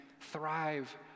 thrive